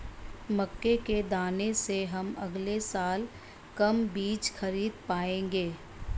मक्के के दाने से हम अगले साल कम बीज खरीद पाएंगे